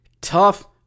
tough